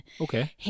Okay